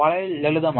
വളരെ ലളിതമാണ്